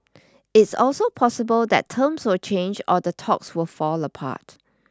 it's also possible that terms will change or the talks will fall apart